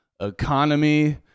economy